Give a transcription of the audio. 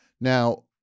Now